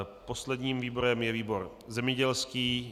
Posledním výborem je výbor zemědělský.